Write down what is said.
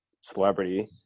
celebrity